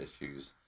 issues